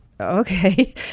okay